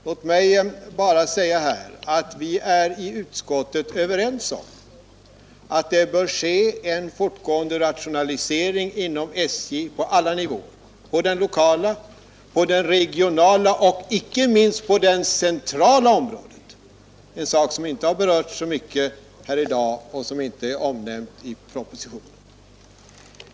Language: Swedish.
Låt mig bara säga att vi i utskottet är överens om att det bör ske en fortgående rationalisering inom SJ på alla nivåer — på den lokala, på den regionala och inte minst på det centrala området, en sak som inte har berörts så mycket i dag och som inte är omnämnd i propositionen.